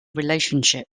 relationship